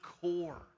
core